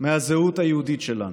מהזהות היהודית שלנו.